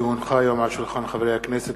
כי הונחה היום על שולחן הכנסת,